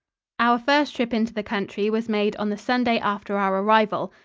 our first trip into the country was made on the sunday after our arrival.